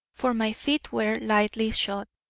for my feet were lightly shod,